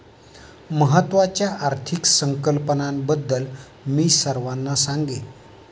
महत्त्वाच्या आर्थिक संकल्पनांबद्दल मी सर्वांना सांगेन